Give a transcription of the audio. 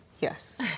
Yes